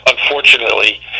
unfortunately